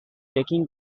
taking